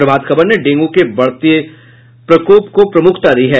प्रभात खबर ने डेंगू के बढ़ते प्रकोप की खबर को प्रमुखता दी है